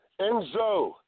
Enzo